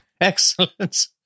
Excellent